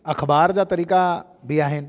अख़बार जा तरीक़ा बि आहिनि